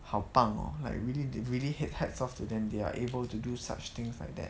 好棒 oh like really didn't really hit hats off to them they are able to do such things like that